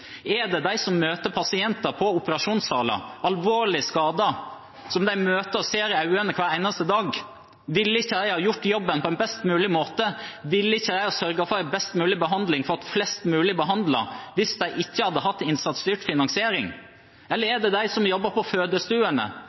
Er det de som møter alvorlig skadede pasienter på operasjonssalen, som de møter og ser i øynene hver eneste dag? Ville ikke de ha gjort jobben på en best mulig måte? Ville ikke de ha sørget for en best mulig behandling, fått flest mulig behandlet, hvis de ikke hadde hatt innsatsstyrt finansiering? Eller er det de som jobber på fødestuene?